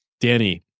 Danny